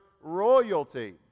royalty